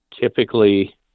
typically